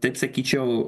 taip sakyčiau